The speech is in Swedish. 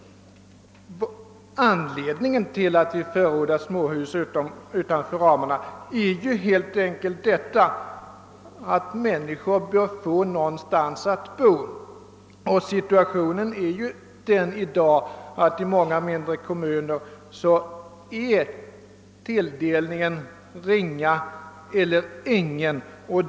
Anledningen till att vi förordar småhusbyggande utanför låneramarna är helt enkelt den att människor bör få någonstans att bo. Situationen är ju i dag den att kvottilldelningen i många mindre kommuner är ringa eller obefintlig.